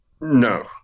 No